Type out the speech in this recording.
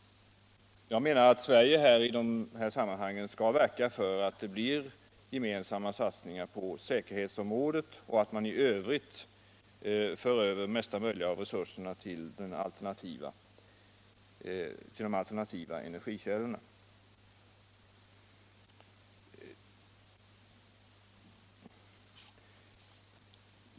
Jag menar att Sverige i dessa sammanhang skall verka för att det blir gemensamma satsningar på säkerhetsområdet och att man i övrigt för över så mycket som möjligt av resurserna till de alternativa energikällorna.